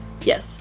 yes